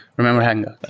remember hangouts? of